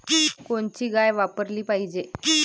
कोनची गाय वापराली पाहिजे?